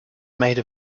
made